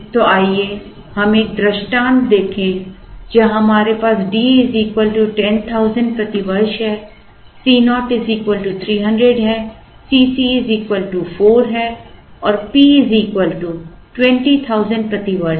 तो आइए हम एक दृष्टांत देखें जहां हमारे पास D 10000 प्रति वर्ष है C0 300 है Cc 4 है और P 20000 प्रति वर्ष है